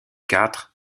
quatre